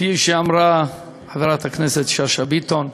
כפי שאמרה חברת הכנסת שאשא ביטון,